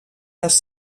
les